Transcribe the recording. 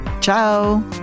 Ciao